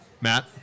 Matt